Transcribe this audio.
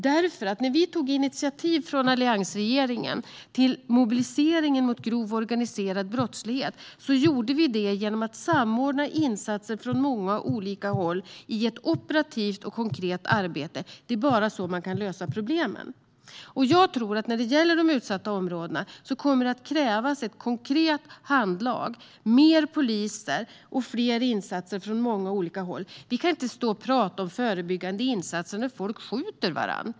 När alliansregeringen tog initiativ till mobiliseringen mot grov organiserad brottslighet samordnade vi insatser från många olika håll i ett operativt och konkret arbete. Det är bara så problemen kan lösas. För de utsatta områdena kommer det att krävas ett konkret handlag med fler poliser och fler insatser från olika håll. Vi kan inte stå och prata om förebyggande insatser när folk skjuter varandra.